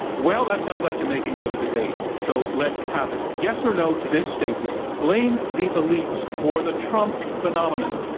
well, that sounds like the makings of a debate, so let's have it. yes or no to this statement, blame the elites for the trump phenomenon,